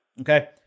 okay